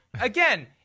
again